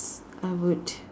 I would